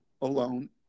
alone